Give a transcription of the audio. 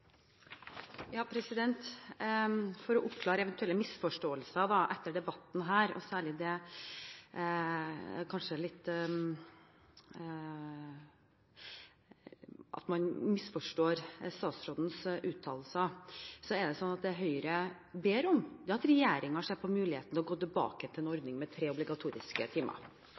For å oppklare eventuelle misforståelser etter debatten her, og særlig kanskje det at man misforstår statsrådens uttalelser, ber Høyre om at regjeringen ser på muligheten til å gå tilbake til en ordning med tre obligatoriske